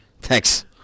Thanks